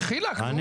דחילק, נו.